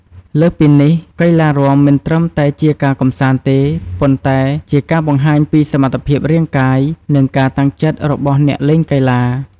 លើសពីនេះ កីឡារាំមិនត្រឹមតែជាការកម្សាន្តទេ ប៉ុន្តែជាការបង្ហាញពីសមត្ថភាពរាងកាយ និងការតាំងចិត្តរបស់អ្នកលេងកីឡា។